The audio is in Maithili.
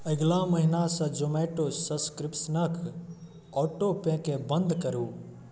अगिला महिनासँ जोमैटो सब्सक्रिप्शनके ऑटो पेके बन्द करू